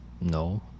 No